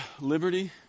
liberty